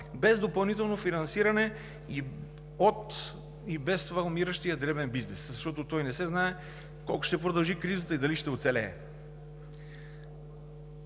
без допълнително финансиране от и без това умиращия дребен бизнес, защото той не знае колко ще продължи кризата и дали ще оцелее.